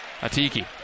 Atiki